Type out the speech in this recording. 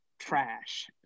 Trash